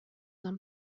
нам